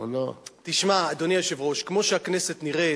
תשמע, אדוני היושב-ראש, כמו שהכנסת נראית,